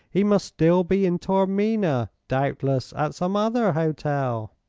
he must still be in taormina doubtless at some other hotel.